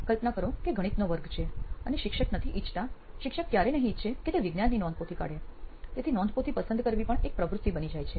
કલ્પના કરો કે ગણિતનો વર્ગ છે અને શિક્ષક નથી ઇચ્છતા શિક્ષક ક્યારેય નહિ ઈચ્છે કે તે વિજ્ઞાનની નોંધપોથી કાઢે તેથી નોંધપોથી પસંદ કરવી પણ એક પ્રવૃત્તિ બની જાય છે